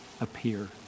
appear